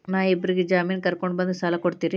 ನಾ ಇಬ್ಬರಿಗೆ ಜಾಮಿನ್ ಕರ್ಕೊಂಡ್ ಬಂದ್ರ ಸಾಲ ಕೊಡ್ತೇರಿ?